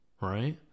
Right